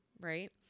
right